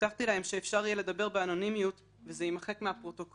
הבטחתי להם שאפשר יהיה לדבר באנונימיות וזה יימחק מהפרוטוקול,